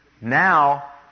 Now